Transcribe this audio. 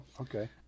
okay